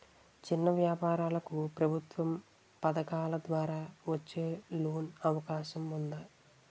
చిన్న వ్యాపారాలకు ప్రభుత్వం పథకాల ద్వారా వచ్చే లోన్ అవకాశం ఉందా?